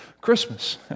Christmas